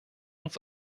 uns